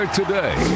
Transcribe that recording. today